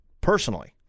personally